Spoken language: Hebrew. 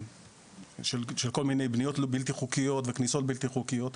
של כל מיני בניות בלתי חוקיות וכניסות בלתי חוקיות,